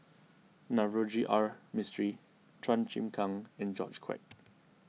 Navroji R Mistri Chua Chim Kang and George Quek